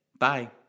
Bye